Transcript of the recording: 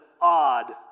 odd